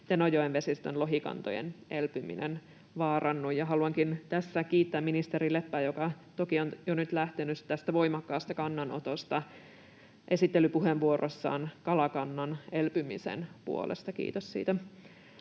Tenojoen vesistön lohikantojen elpyminen ei vaarannu. Haluankin tässä kiittää ministeri Leppää, joka toki on jo nyt lähtenyt, tästä voimakkaasta kannanotosta esittelypuheenvuorossaan kalakannan elpymisen puolesta: kiitos siitä.